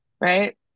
right